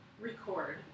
record